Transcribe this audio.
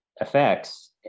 effects